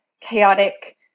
chaotic